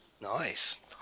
nice